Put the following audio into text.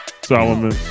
Solomon